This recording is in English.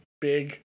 big